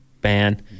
ban